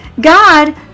God